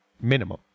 minimum